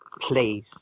please